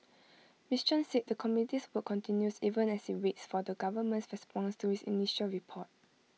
miss chan said the committee's work continues even as IT waits for the government's response to its initial report